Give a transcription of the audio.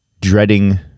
dreading